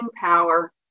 power